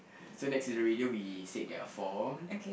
so next to the radio we said there are four